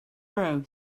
row